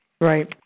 Right